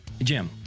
Jim